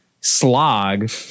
slog